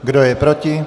Kdo je proti?